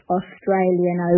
Australian